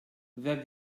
wer